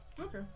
Okay